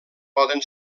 poden